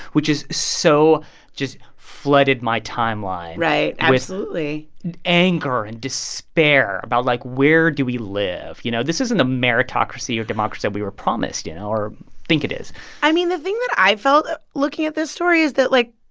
which has so just flooded my timeline. right, absolutely anger and despair about, like, where do we live? you know, this isn't a meritocracy or democracy that we were promised, you know, or think it is i mean, the thing that i felt looking at this story is that, like,